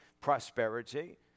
prosperity